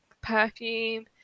perfume